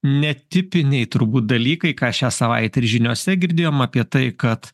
netipiniai turbūt dalykai ką šią savaitę ir žiniose girdėjom apie tai kad